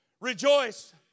rejoice